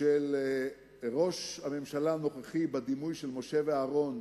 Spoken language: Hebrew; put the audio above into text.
של ראש הממשלה הנוכחי בדימוי של משה ואהרן,